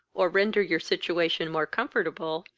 or render your situation more comfortable,